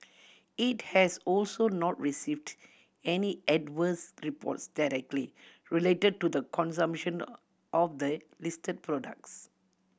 it has also not received any adverse reports directly related to the consumption of the listed products